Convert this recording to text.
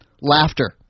Laughter